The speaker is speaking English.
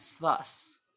thus